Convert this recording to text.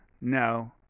No